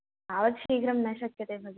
तावत् शीघ्रं न शक्यते भगिनी